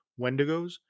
Wendigos